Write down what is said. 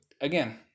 again